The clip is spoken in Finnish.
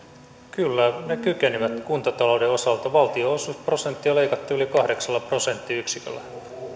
kyllä ne kykenivät kuntatalouden osalta valtionosuusprosenttia leikattiin yli kahdeksalla prosenttiyksiköllä